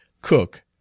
cook